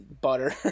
butter